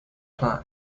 plaque